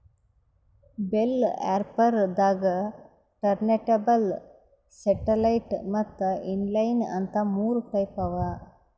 bell wrapper ದಾಗಾ turntable satellite ಮತ್ತ್ inline ಅಂತ್ ಮೂರ್ ಟೈಪ್ ಅವಾ